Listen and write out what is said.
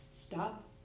Stop